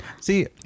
See